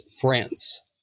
France